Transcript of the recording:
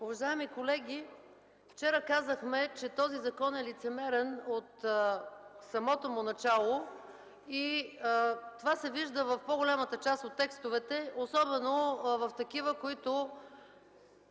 Уважаеми колеги, вчера казахме, че този закон е лицемерен от самото му начало. Това се вижда в по-голямата част от текстовете, особено в такива, които